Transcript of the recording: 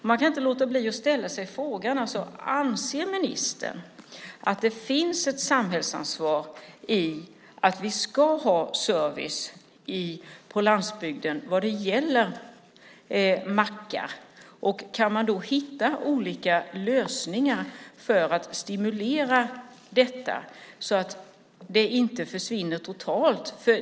Man kan inte låta bli att fråga: Anser ministern att det finns ett samhällsansvar för att vi ska ha service på landsbygden i form av mackar? Och kan man då hitta olika lösningar för att stimulera detta så att de inte försvinner totalt?